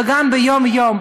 וגם ביום-יום.